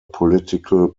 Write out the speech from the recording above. political